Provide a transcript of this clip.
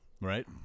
right